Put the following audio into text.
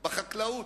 בחקלאות,